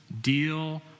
deal